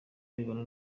arebana